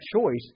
choice